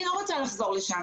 אני לא רוצה לחזור לכיכר.